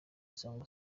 isango